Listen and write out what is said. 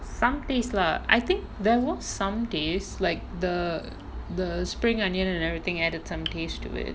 some taste lah I think there were some taste like the the spring onion and everything added some taste to it